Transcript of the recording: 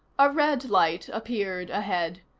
a red light appeared ahead.